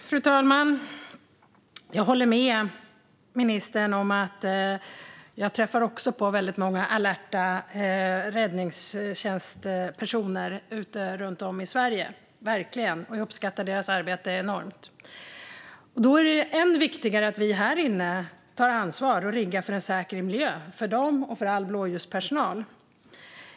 Fru talman! Jag håller med ministern. Jag träffar också väldigt många alerta personer i räddningstjänsten runt om i Sverige, och jag uppskattar deras arbete enormt. Då är det än viktigare att vi här inne tar ansvar och riggar för en säker miljö för dem och för all blåljuspersonal.